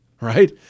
right